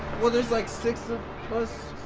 well, there's like six ah plus,